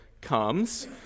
comes